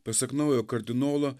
pasak naujojo kardinolo